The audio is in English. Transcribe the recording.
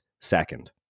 second